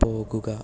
പോകുക